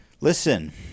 Listen